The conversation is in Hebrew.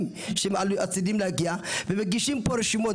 שהם צריכים להגיע ומגישים פה רשימות,